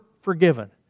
forgiven